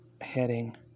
heading